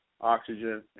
Oxygen